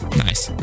nice